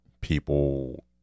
people